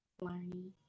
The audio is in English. learning